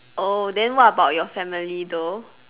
oh then what about your family though